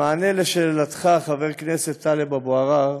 במענה לשאלתך, חבר הכנסת טלב אבו עראר,